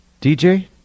DJ